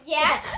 Yes